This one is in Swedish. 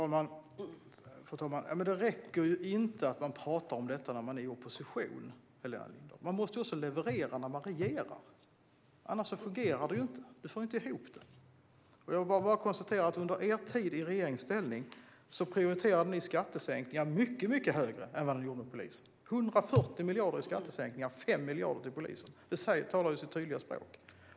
Fru talman! Det räcker inte att man pratar om detta när man är i opposition, Helena Lindahl. Man måste också leverera när man regerar, annars fungerar det inte. Det går inte ihop. Jag konstaterar att under er tid i regeringsställning prioriterade ni skattesänkningar mycket högre än polisen. 140 miljarder i skattesänkningar och 5 miljarder till polisen. Det talar sitt tydliga språk.